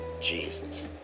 Jesus